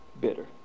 bitter